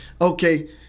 Okay